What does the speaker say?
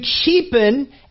cheapen